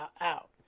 out